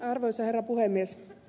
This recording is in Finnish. arvoisa herra puhemies